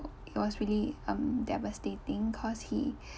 it was really um devastating cause he